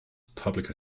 public